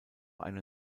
eine